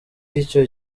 y’icyo